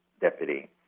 deputy